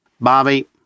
Bobby